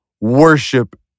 worship